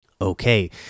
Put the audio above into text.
Okay